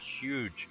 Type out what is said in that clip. huge